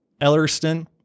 Ellerston